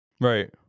Right